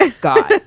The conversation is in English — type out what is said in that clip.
god